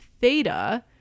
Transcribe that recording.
theta